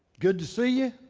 good to see you.